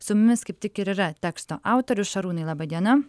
su mumis kaip tik ir yra teksto autorius šarūnai laba diena